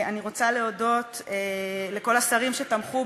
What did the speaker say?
אני רוצה להודות לכל השרים שתמכו,